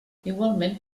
igualment